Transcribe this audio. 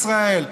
ישראל.